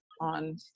on